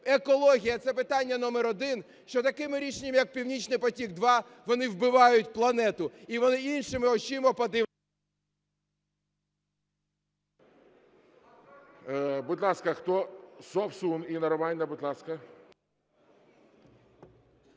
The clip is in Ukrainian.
екологія – це питання номер один, що такими рішеннями як "Північний потік-2" вони вбивають планету, і вони іншими очима подивляться...